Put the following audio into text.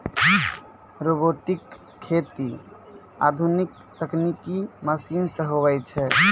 robotic खेती आधुनिक तकनिकी मशीन से हुवै छै